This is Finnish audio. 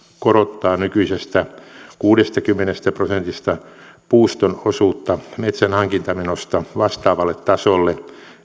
korottaa nykyisestä kuudestakymmenestä prosentista puuston osuutta metsän hankintamenosta vastaavalle tasolle